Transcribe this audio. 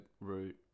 route